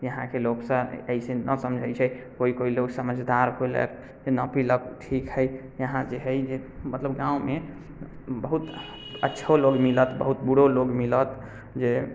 इहाँके लोक सभ अइसे नहि समझै छै कोइ कोइ लोक समझदार होइलक जे नहि पीलक ठीक हय इहाँ जे हय मतलब गाँवमे बहुत अच्छो लोग मिलत बहुत बुरो लोग मिलत जे